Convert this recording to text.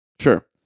Sure